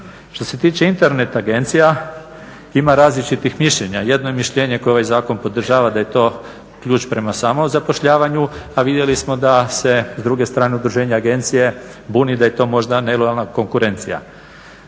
Što se tiče Internet agencija ima različitih mišljenja. Jedno je mišljenje koje ovaj Zakon podržava da je to ključ prema samozapošljavanju a vidjeli smo da se s druge strane udruženje agencije buni da je to možda nelojalna konkurencija.